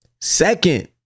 second